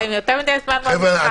אתם יותר מדי זמן במשרד.